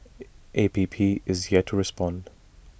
A P P has yet to respond